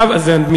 מה זה שייך?